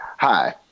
Hi